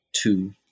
two